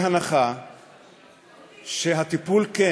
בהנחה שהטיפול כן